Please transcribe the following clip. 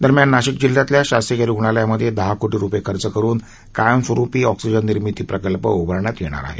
दरम्यान नाशिक जिल्ह्यातल्या शासकीय रुग्णालयांमध्ये दहा कोपी रुपये खर्च करून कायमस्वरूपी ऑक्सिजन निर्मिती प्रकल्प उभारण्यात येणार आहे